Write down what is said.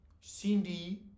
Cindy